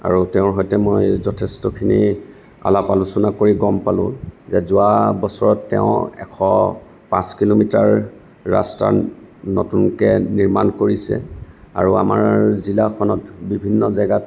আৰু তেওঁৰ সৈতে মই যথেষ্টখিনি আলাপ আলোচনা কৰি গম পালোঁ যে যোৱা বছৰ তেওঁ এশ পাঁচ কিলোমিটাৰ ৰাস্তা নতুনকৈ নিৰ্মাণ কৰিছে আৰু আমাৰ জিলাখনত বিভিন্ন জেগাত